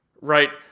right